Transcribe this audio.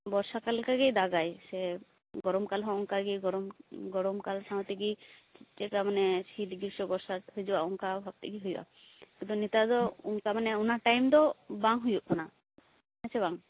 ᱵᱚᱨᱥᱟᱠᱟᱞ ᱞᱮᱠᱟᱜᱮ ᱫᱟᱜᱟᱭ ᱥᱮ ᱜᱚᱨᱚᱢ ᱠᱟᱞᱦᱚᱸ ᱚᱱᱠᱟᱜᱮ ᱜᱚᱨᱚᱢ ᱜᱚᱨᱚᱢ ᱠᱟᱞ ᱥᱟᱶ ᱛᱮᱜᱮ ᱪᱮᱠᱟ ᱢᱟᱱᱮ ᱥᱤᱫᱽ ᱜᱨᱤᱥᱥᱚ ᱵᱚᱨᱥᱟ ᱠᱚ ᱦᱤᱡᱩᱜ ᱟ ᱚᱱᱠᱟ ᱵᱷᱟᱵᱽ ᱛᱮᱜᱮ ᱦᱩᱭᱩᱜ ᱟ ᱟᱫᱚ ᱱᱮᱛᱟᱨ ᱫᱚ ᱚᱱᱠᱟ ᱢᱟᱱᱮ ᱚᱱᱟ ᱴᱟᱭᱤᱢ ᱫᱚ ᱵᱟᱝ ᱦᱩᱭᱩᱜ ᱠᱟᱱᱟ ᱦᱮᱸᱼᱥᱮ ᱵᱟᱝ